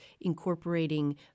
incorporating